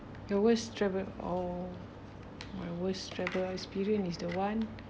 your worst traveled or my worst travel experience is the one